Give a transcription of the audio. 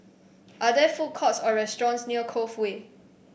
are there food courts or restaurants near Cove Way